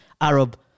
Arab